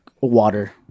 water